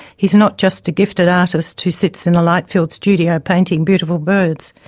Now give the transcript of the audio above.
he is not just a gifted artist who sits in a light-filled studio painting beautiful birds.